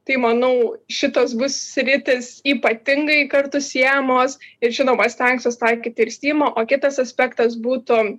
tai manau šitos bus sritys ypatingai kartu siejamos ir žinoma stengsiuos taikyt ir stimą o kitas aspektas būtų